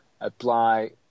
apply